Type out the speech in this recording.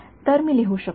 तर मी लिहू शकतो